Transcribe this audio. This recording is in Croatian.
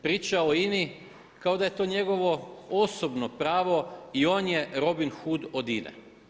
Priča o INA-i, kao da je to njegovo osobno pravo i on je Robin Hood od INA-e.